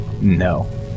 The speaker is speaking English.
No